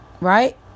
right